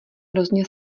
hrozně